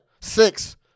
Six